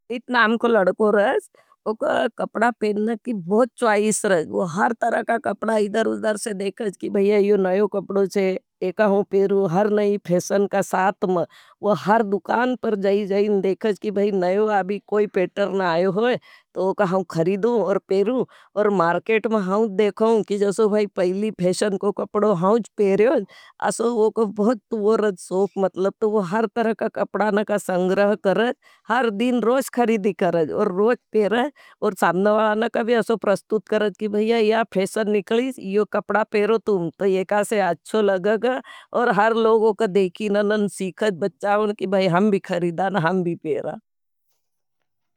इतना आमको लड़को रज, वो का कपड़ा पेना की बहुत चौयिस रज। वो हर तरह का कपड़ा इदर उदर से देखाज़ की भाईया यो नयो कपड़ो छे। एका हम पेरू हर नयी फेशन का सात्म वो हर दुकान पर जाई जाई न देखाज़। की भाईया नयो अबी कोई पेटर न आयो होई तो वो का हम खरीदू। और पेरू और मार्केट में हम देखाँ की ज़सो। भाईया पहली फेशन को कपड़ो हम ज़पेरें। असाउ ओखा वो बहुत शौक पहरत। तो मतलब ताऊ वो हर तरह के कपड़ा का संग्रह करेज। हर दिन रोज खरीदी करेज और रोज़ पहनेज। और सामने वालन को भी ऐसो प्रस्तुत करेज। की भैया या फैशन निक्लाजिस यो कपड़ा पहनो तो या कहसे अच्छो लगेगा। और हर लोगों का देखी न न सीखाज बच्चाओं की भाईया हम भी खरीदा न हम भी पेटराओं।